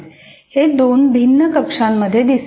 हे दोन भिन्न कक्षांमध्ये दिसेल